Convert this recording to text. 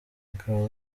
akaba